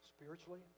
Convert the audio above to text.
spiritually